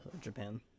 Japan